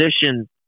position